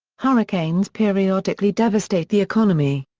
hurricanes periodically devastate the economy.